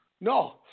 No